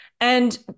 And-